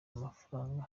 amafaranga